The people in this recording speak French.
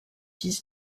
fils